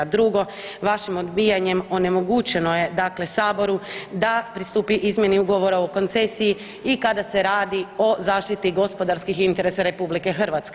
Drugo, vašim odbijanjem onemogućeno je Saboru da pristupi izmjeni ugovora o koncesiji i kada se radi o zaštiti gospodarskih interesa RH.